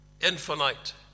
infinite